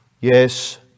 Yes